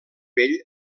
bell